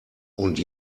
und